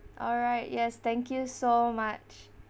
alright yes thank you so much